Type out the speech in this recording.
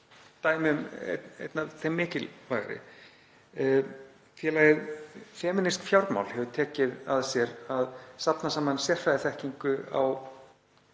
vera einn af þeim mikilvægari. Félagið Feminísk fjármál hefur tekið að sér að safna saman sérfræðiþekkingu